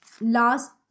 last